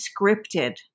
scripted